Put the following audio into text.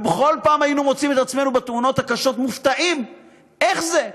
בכל פעם היינו מוצאים את עצמנו בתאונות הקשות מופתעים איך זה,